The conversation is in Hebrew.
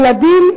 ילדים,